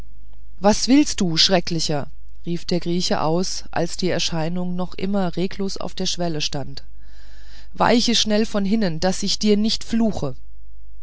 was willst du schrecklicher rief der grieche aus als die erscheinung noch immer regungslos auf der schwelle stand weiche schnell von hinnen daß ich dir nicht fluche